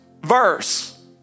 verse